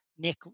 Nick